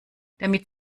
damit